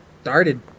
started